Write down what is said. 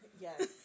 Yes